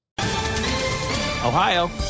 Ohio